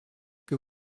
que